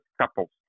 couples